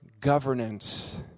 governance